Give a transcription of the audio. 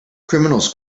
criminals